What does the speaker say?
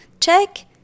check